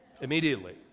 Immediately